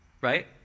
right